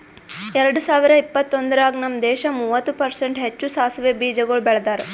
ಎರಡ ಸಾವಿರ ಇಪ್ಪತ್ತೊಂದರಾಗ್ ನಮ್ ದೇಶ ಮೂವತ್ತು ಪರ್ಸೆಂಟ್ ಹೆಚ್ಚು ಸಾಸವೆ ಬೀಜಗೊಳ್ ಬೆಳದಾರ್